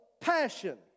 passion